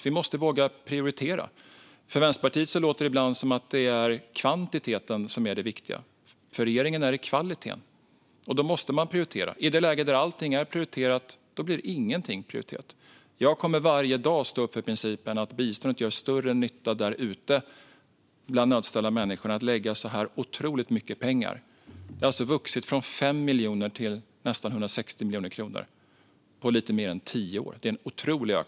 Vi måste våga prioritera. Från Vänsterpartiet låter det ibland som om det är kvantiteten som är det viktiga. För regeringen är det kvaliteten, och då måste man prioritera. I ett läge där allting är prioriterat blir ingenting prioriterat. Jag kommer varje dag att stå upp för principen att biståndet gör större nytta ute bland nödställda människor jämfört med att lägga så här otroligt mycket pengar här hemma. Det är en otrolig ökning som vi har sett; det har alltså vuxit från 5 miljoner till nästan 160 miljoner kronor på lite mer än tio år.